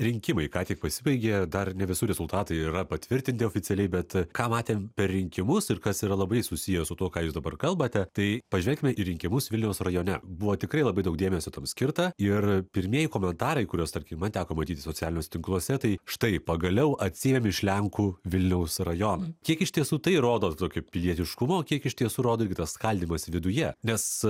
rinkimai ką tik pasibaigė dar ne visų rezultatai yra patvirtinti oficialiai bet ką matėme per rinkimus ir kas yra labai susiję su tuo ką jūs dabar kalbate tai pažiūrėkime į rinkimus vilniaus rajone buvo tikrai labai daug dėmesio tam skirta ir pirmieji komentarai kuriuos tarkimman teko matyti socialiniuose tinkluose tai štai pagaliau atsiėmė iš lenkų vilniaus rajoną kiek iš tiesų tai rodo tokį pilietiškumą o kiek iš tiesų rodo irgi tas skaldymas viduje nes